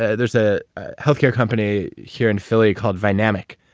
ah there's a healthcare company here in philly called vynamic.